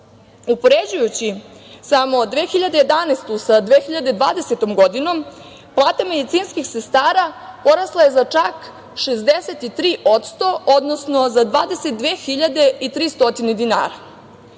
Upoređujući samo 2011. godinu sa 2020. godinom, plata medicinskih sestara porasla je 63%, odnosno za 22.300 dinara,